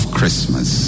Christmas